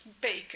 Bacon